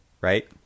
right